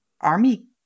Army